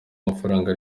amafaranga